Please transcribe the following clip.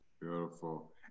Beautiful